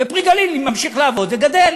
ו"פרי הגליל" ממשיך לעבוד וגדל.